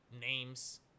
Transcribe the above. names